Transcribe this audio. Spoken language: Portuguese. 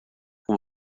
com